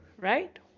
right